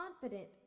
confident